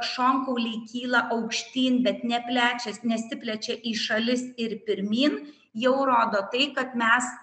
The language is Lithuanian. šonkauliai kyla aukštyn bet ne plečiasi nesiplečia į šalis ir pirmyn jau rodo tai kad mes